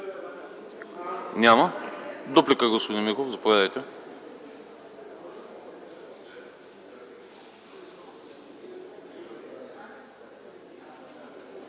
Няма. Дуплика, господин Миков. Заповядайте.